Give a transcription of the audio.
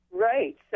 right